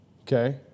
Okay